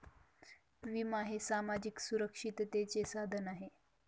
विमा हे सामाजिक सुरक्षिततेचे साधन आहे